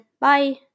bye